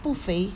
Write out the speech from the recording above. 不肥